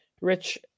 rich